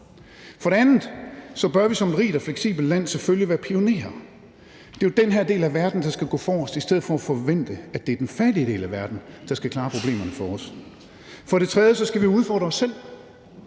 For det andet bør vi som et rigt og fleksibelt land selvfølgelig være pionerer. Det er jo den her del af verden, der skal gå forrest i stedet for at forvente, at det er den fattige del af verden, der skal klare problemerne for os. For det tredje skal vi udfordre os selv.